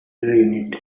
unit